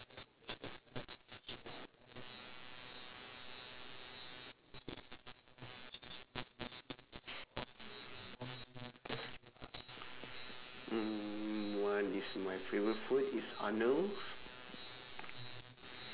mm what is my favourite food it's arnold's